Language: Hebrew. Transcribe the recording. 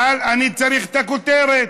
אבל אני צריך את הכותרת.